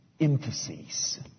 emphases